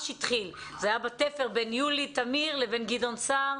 זה היה בתפר בין יולי תמיר לבין גדעון סער.